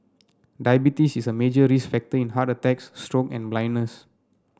diabetes is a major risk factor in heart attacks stroke and blindness